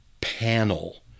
Panel